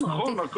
נכון, נכון.